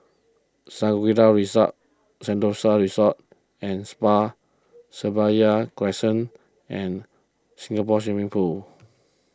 Shangri La's Rasa Sentosa Resort and Spa Seraya Crescent and Singapore Swimming Club